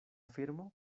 firmo